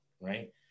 right